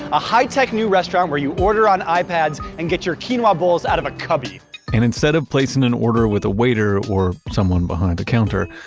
a high tech new restaurant where you order on ipads and get your quinoa bowls out of a cubby and instead of placing an order with a waiter, or someone behind the counter,